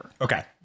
Okay